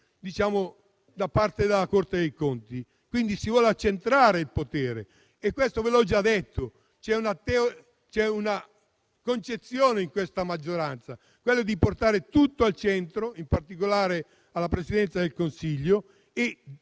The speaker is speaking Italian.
sia controllato dalla Corte dei conti. Si vuole accentrare il potere, e questo ve l'ho già detto. C'è una concezione in questa maggioranza che mira a portare tutto al centro, in particolare alla Presidenza del Consiglio, e dà molto